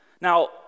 Now